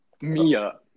Mia